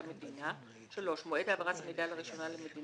שסווגו כחשבונות של תושבי אותה מדינה; מועד העברת המידע לראשונה למדינה